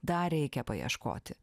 dar reikia paieškoti